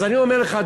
אז אני אומר לך,